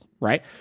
Right